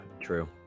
true